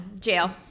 Jail